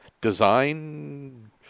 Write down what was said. design